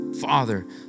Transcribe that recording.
Father